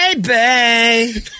Baby